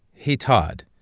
hey, todd,